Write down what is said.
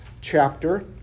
chapter